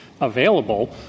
available